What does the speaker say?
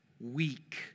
weak